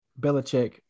Belichick